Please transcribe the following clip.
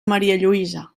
marialluïsa